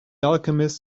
alchemist